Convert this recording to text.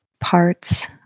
parts